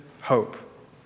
hope